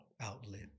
outlet